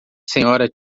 sra